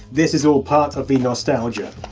this is all part of the nostalgia.